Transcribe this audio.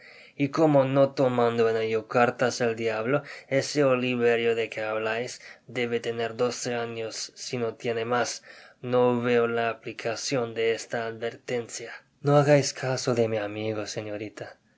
y como no tomando en ello cartas el dia blo ese oliverio de que hablais debe tener doce años sino tiene mas no veo la aplicacion de esta advertencia n hagais casi de mi amigo señoritadijo